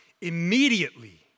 immediately